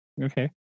Okay